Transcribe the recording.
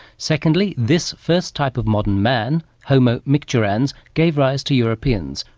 secondly, this first type of modern man, homo micturans, gave rise to europeans.